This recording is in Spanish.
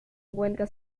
encuentra